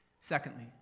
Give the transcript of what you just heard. Secondly